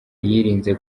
yirinze